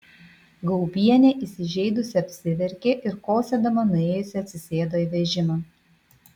gaubienė įsižeidusi apsiverkė ir kosėdama nuėjusi atsisėdo į vežimą